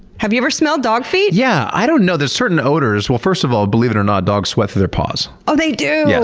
have you ever smelled dog feet? yeah! i don't know, there's certain odors, first of all, believe it or not, dogs sweat through their paws. oh they do! yes,